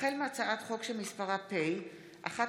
החל בהצעת חוק שמספרה פ/1549/23